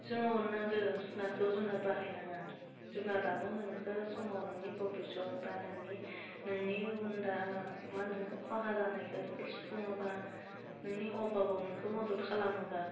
जोङो अन्नांगोन जुनादखौ जुनाद बाहायनाङा जुनादानो नोंखौ समाव नोंनि भबिसदआव बा नोंनि नोंनि उनदा मा होनो खहा जानायखौ नोंखौ सुफुङोबा नोंनि अबाबाव नोंखौ मदद खालामोबा